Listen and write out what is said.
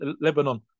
Lebanon